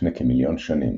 לפני כמיליון שנים,